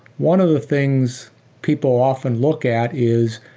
one of the things people often look at is,